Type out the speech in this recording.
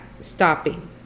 stopping